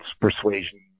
persuasion